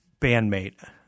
bandmate –